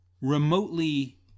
remotely